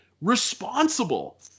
responsible